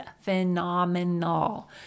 phenomenal